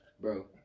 Bro